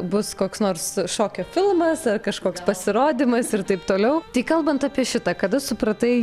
bus koks nors šokio filmas ar kažkoks pasirodymas ir taip toliau tai kalbant apie šitą kada supratai